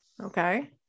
Okay